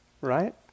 Right